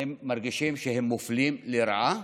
שהם מופלים לרעה